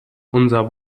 unser